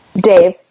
Dave